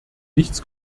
nichts